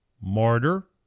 martyr